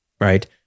right